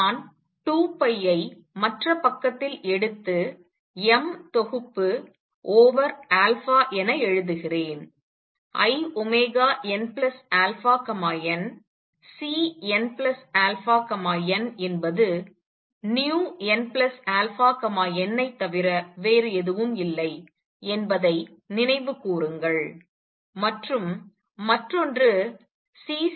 நான் 2 ஐ மற்ற பக்கத்தில் எடுத்து m தொகுப்பு ஓவர் என எழுதுகிறேன் inαnCnαn என்பது vnαn ஐ தவிர வேறு எதுவும் இல்லை என்பதை நினைவு கூறுங்கள் மற்றும் மற்றொன்று Cnα n ஆகும்